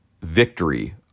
victory